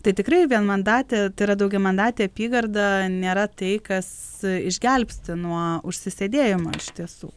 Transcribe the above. tai tikrai vienmandatė tai yra daugiamandatė apygarda nėra tai kas išgelbsti nuo užsisėdėjimo iš tiesų